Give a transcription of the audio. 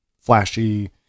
flashy